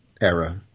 era